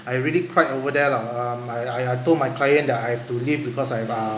I really cried over there lah um I I told my client that I have to leave because I've uh